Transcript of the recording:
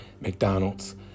McDonald's